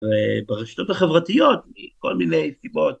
וברשתות החברתיות, מכל מיני סיבות.